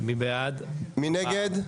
מי נגד?